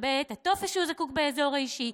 מקבל את הטופס שהוא זקוק לו באזור האישי,